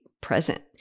present